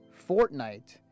Fortnite